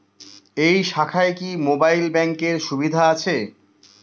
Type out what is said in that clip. এই শাখায় কি মোবাইল ব্যাঙ্কের সুবিধা আছে?